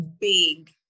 big